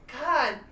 God